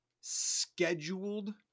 scheduled